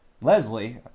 Leslie